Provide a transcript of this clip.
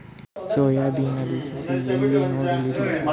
Soya ಬಿನದು ಸಸಿ ಎಲ್ಲಿ ನೆಡಲಿರಿ?